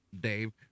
Dave